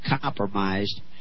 compromised